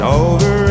over